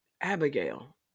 Abigail